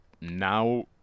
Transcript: now